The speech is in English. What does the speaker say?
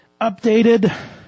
Updated